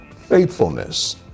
faithfulness